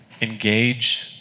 engage